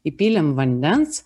įpylėm vandens